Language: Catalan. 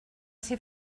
ser